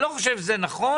אני לא חושב שזה נכון,